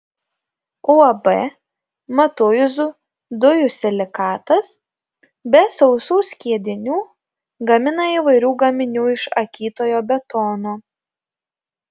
uab matuizų dujų silikatas be sausų skiedinių gamina įvairių gaminių iš akytojo betono